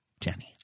Jenny